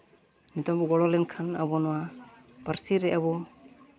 ᱱᱤᱛᱚᱝ ᱵᱚᱱ ᱜᱚᱲᱚ ᱞᱮᱱᱠᱷᱟᱱ ᱟᱵᱚ ᱱᱚᱣᱟ ᱯᱟᱹᱨᱥᱤ ᱨᱮ ᱟᱵᱚ